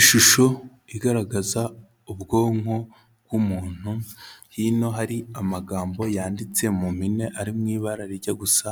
Ishusho igaragaza ubwonko bw'umuntu hino hari amagambo yanditse mu mpine ari mu ibara rijya gusa